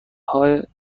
هامان